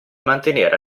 mantenere